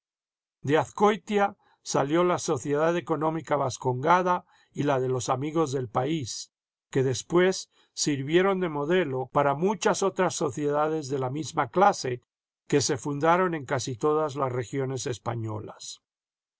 de azcoitia salió la sociedad económica vascongada y la de los amigos del país que después sirvieron de modelo para muchas otras sociedades de la misma clase que se fundaron en casi todas las regiones españolas